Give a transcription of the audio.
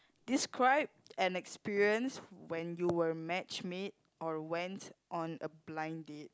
describe an experience when you were matchmade or went on a blind date